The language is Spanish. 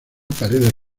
paredes